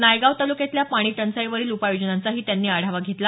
नायगाव तालुक्यातल्या पाणी टंचाईवरील उपाययोजनांचाही त्यांनी आढावा घेतला